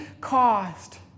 caused